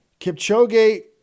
Kipchoge